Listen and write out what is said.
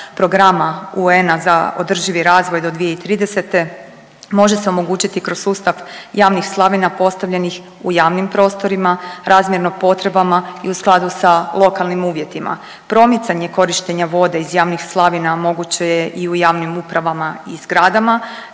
programa UN-a za održivi razvoj do 2030., može se omogućiti kroz sustav javnih slavina postavljenih u javnim prostorima razmjerno potrebama i u skladu s lokalnim uvjetima. Promicanje korištenja vode iz javnih slavina moguće je i u javnim upravama i zgradama